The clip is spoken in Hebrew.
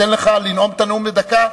אתן לך לנאום את הנאום בן דקה,